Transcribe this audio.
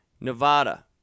Nevada